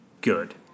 good